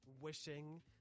wishing